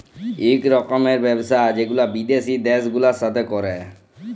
ইক রকমের ব্যবসা যেগুলা বিদ্যাসি দ্যাশ গুলার সাথে ক্যরে